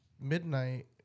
midnight